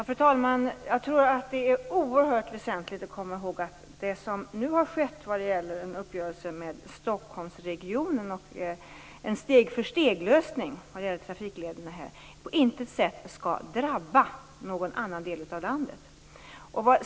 Fru talman! Det är oerhört väsentligt att komma ihåg vad gäller en uppgörelse om en steg för steglösning med Stockholmsregionen att en sådan inte skall drabba någon annan del av landet.